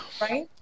Right